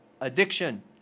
addiction